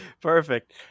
Perfect